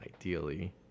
ideally